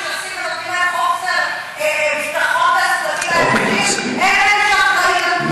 ונותנים להם חוסר ביטחון תעסוקתי לאנשים הם אלה שאחראים,